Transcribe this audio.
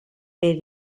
per